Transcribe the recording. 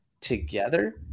together